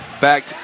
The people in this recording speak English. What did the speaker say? back